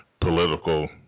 political